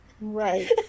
Right